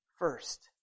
first